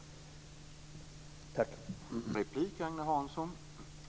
Tack!